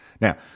Now